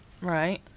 Right